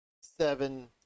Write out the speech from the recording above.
seven